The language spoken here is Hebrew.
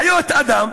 חיות אדם.